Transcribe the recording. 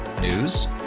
News